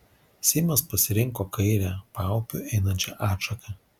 semas pasirinko kairę paupiu einančią atšaką